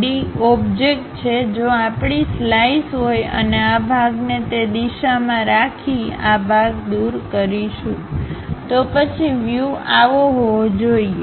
D object છે જો આપણી સ્લાઈસ હોય અને આ ભાગને તે દિશામાં રાખી આ ભાગ દૂર કરીશુંતો પછી વ્યુઆવો હોવો જોઈએ